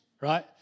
right